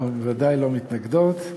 ודאי לא מתנגדות.